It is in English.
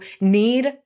need